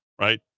right